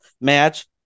match